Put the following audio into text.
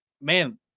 Man